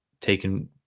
taken